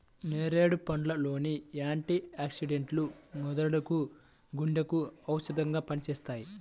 నేరేడు పండ్ల లోని యాంటీ ఆక్సిడెంట్లు మెదడుకు, గుండెకు ఔషధంగా పనిచేస్తాయి